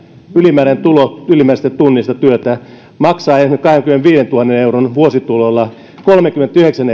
ylimääräinen tulo ylimääräisestä tunnista työtä maksaa esimerkiksi kahdenkymmenenviidentuhannen euron vuosituloilla kolmekymmentäyhdeksän